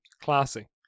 classy